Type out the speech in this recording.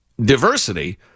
diversity